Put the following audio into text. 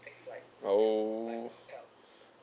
oh